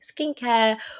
skincare